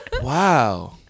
Wow